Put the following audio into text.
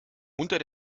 unter